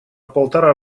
полтора